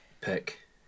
pick